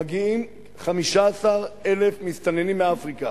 מגיעים 15,000 מסתננים מאפריקה.